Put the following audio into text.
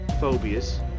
phobias